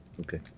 Okay